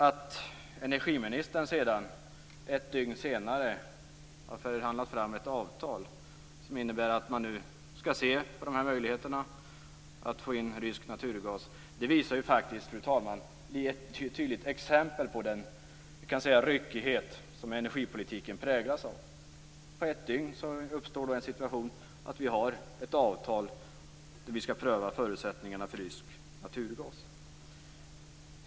Att sedan energiministern ett dygn senare hade förhandlat fram ett avtal som innebär att man skall se på möjligheterna att få in rysk naturgas är ett tydligt exempel på den ryckighet som energipolitiken präglas av. Efter ett dygn har vi ett avtal om att vi skall pröva förutsättningarna för rysk naturgas.